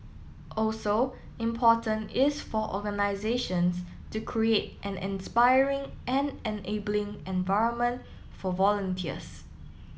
also important is for organisations to create an inspiring and enabling environment for volunteers